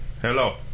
Hello